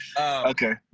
Okay